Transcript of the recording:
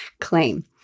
claim